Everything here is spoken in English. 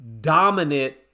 dominant